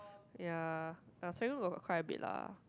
ya I was suddenly got cry a bit lah